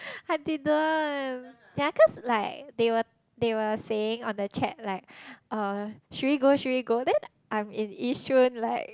I didn't ya cause like they were they were saying on the chat like uh should we go should we go then I'm in Yishun like